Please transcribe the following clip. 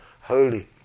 holy